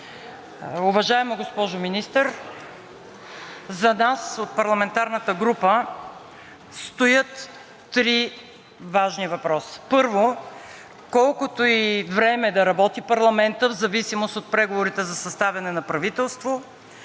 Уважаема госпожо Министър, за нас от парламентарната група стоят три важни въпроса. Първо, колкото и време да работи парламентът в зависимост от преговорите за съставяне на правителство,